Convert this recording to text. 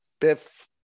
Biff